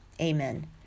Amen